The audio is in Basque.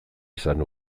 izan